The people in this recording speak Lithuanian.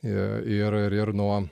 i ir ir nuo